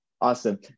awesome